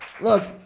Look